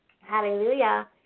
Hallelujah